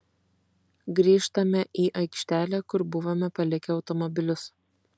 grįžtame į aikštelę kur buvome palikę automobilius